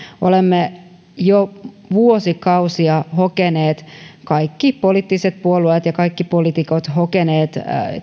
olemme jo vuosikausia hokeneet kaikki poliittiset puolueet ja kaikki poliitikot hokeneet